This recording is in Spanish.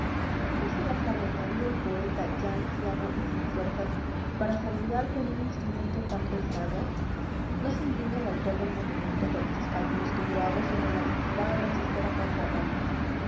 cómo se las arreglaría el poeta ya anciano y sin fuerzas para saludar con un instrumento tan pesado no se indigne el autor del monumento por estos cálculos que yo hago sobre la densidad de la chistera